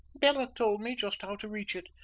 bela told me just how to reach it.